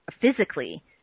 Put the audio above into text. physically